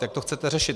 Jak to chcete řešit?